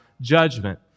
judgment